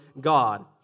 God